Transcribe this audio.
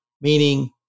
meaning